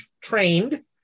trained